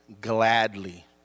gladly